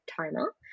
Timer